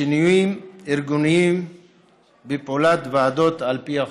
שינויים ארגוניים בפעולת ועדות על פי החוק.